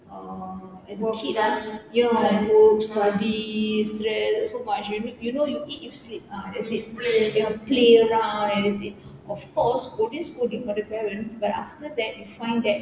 uh as a kid ah ya like work studies stress like so much you you know you eat you sleep ah that's it play around that's it of course always scolding from the parents but after that you find that